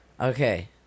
Okay